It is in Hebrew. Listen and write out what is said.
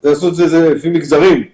אז למה צריך לציין את שלושת השורות?